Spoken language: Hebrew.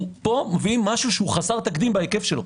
פה אנו מביאים משהו חסר תקדים בהיקפו.